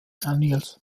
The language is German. daniels